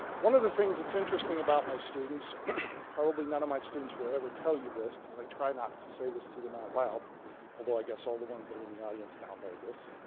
one of the things that's interesting about my students probably none of my students will ever tell you this because i try not to say this to them out loud although i guess all the ones that are in the audience now know this.